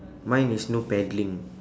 mine is no paddling